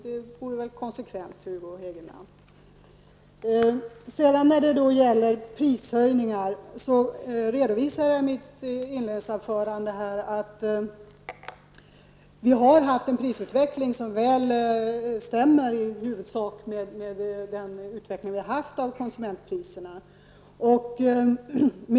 Det vore väl konsekvent, Hugo Hegeland? Beträffande prishöjningar redovisade jag i mitt inledningsanförande att vi har haft en prisutveckling som i huvudsak stämmer med den utveckling vi har haft av konsumentpriserna.